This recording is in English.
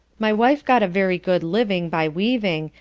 my wife got a very good living by weaving,